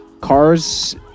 cars